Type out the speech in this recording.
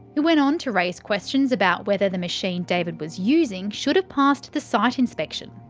it went on to raise questions about whether the machine david was using should have passed the site inspection.